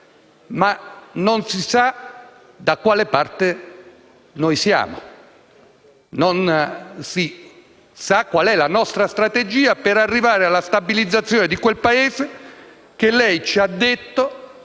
ma non si sa da quale parte stiamo noi. Non si sa quale sia la nostra strategia per arrivare alla stabilizzazione di quel Paese che lei ci ha detto